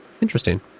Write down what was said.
Interesting